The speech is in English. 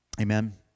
Amen